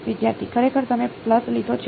વિદ્યાર્થી ખરેખર તમે પ્લસ લીધો છે